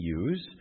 use